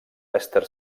leicester